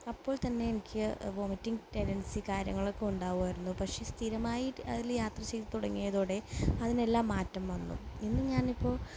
അപ്പോൾ തന്നെ എനിക്ക് വോമിറ്റിങ്ങ് ടെൻഡൻസി കാര്യങ്ങളൊക്കെ ഉണ്ടാവുമായിരുന്നു പക്ഷെ സ്ഥിരമായിട്ട് അതിൽ യാത്ര ചെയ്ത് തുടങ്ങിയതോടെ അതിനെല്ലാം മാറ്റം വന്നു ഇന്ന് ഞാനിപ്പോൾ